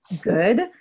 good